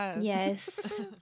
Yes